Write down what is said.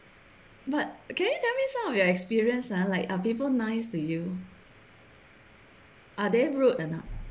but can you tell me some of your experience ah like are people nice to you are they rude or not